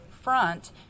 front